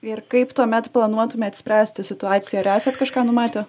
ir kaip tuomet planuotumėt spręsti situaciją ar esat kažką numatę